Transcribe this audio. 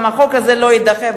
גם החוק הזה לא יידחה,